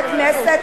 מצוינת.